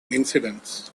incidents